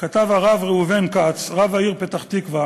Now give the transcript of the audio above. כתב הרב ראובן כץ, רב העיר פתח-תקווה,